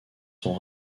sont